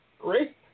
Great